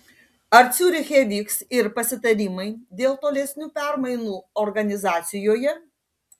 ar ciuriche vyks ir pasitarimai dėl tolesnių permainų organizacijoje